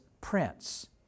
prince